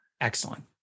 Excellent